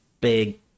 big